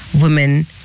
women